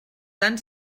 tan